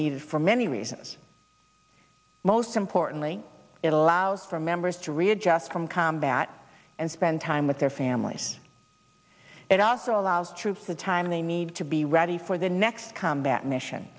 needed for many reasons most importantly it allows for members to readjust from combat and spend time with their families it also allows troops the time they need to be ready for the next combat mission